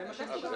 זה מה שנשאר.